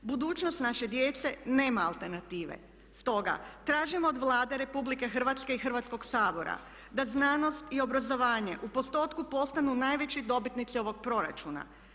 Budućnost naše djece nema alternative, stoga tražim od Vlade Republike Hrvatske i Hrvatskog sabora da znanost i obrazovanje u postotku postanu najveći dobitnici ovog proračuna.